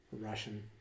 Russian